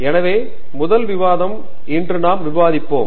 எனவே முதல் விவாதம் இன்று நாம் விவாதிப்போம்